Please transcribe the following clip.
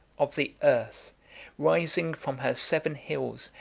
of the earth rising from her seven hills,